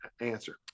answer